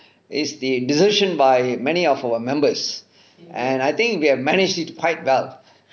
the decision by many of our members and I think we have managed it quite well